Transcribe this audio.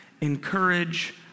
encourage